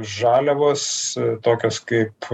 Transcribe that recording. žaliavos tokios kaip